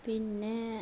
പിന്നെ